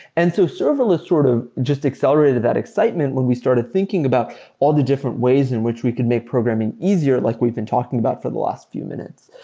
and so serverless sort of just accelerated that excitement when we started thinking about all the different ways in which we can make programming easier like we've been talking about for the last few minutes.